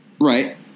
Right